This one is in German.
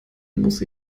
muss